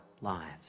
lives